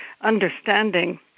understanding